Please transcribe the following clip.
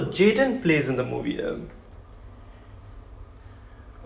so he's like a sin~ ya jayden plays in the movie ya he's in the movie